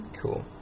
Cool